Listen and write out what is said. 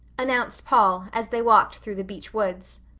announced paul, as they walked through the beech woods.